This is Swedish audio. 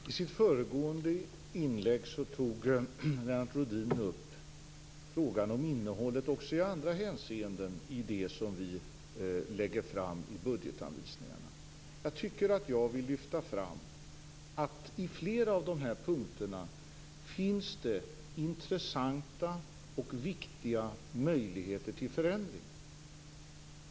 Fru talman! I sitt föregående inlägg tog Lennart Rohdin upp frågan om innehållet också i andra hänseenden i det som vi lägger fram i budgetanvisningarna. Jag vill lyfta fram att det i flera av de här punkterna finns intressanta och viktiga möjligheter till förändring.